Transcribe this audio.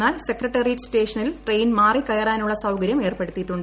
എന്നാൽ സെക്രട്ടേറിയറ്റ് സ്റ്റേഷനിൽ ട്രെയിൻ മാറികയറാനുളള സൌകര്യം ഏർപ്പെടുത്തിയിട്ടുണ്ട്